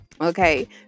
Okay